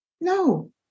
No